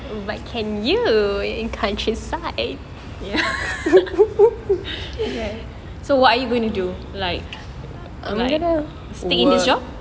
ya so what are you gonna do like like stick in this job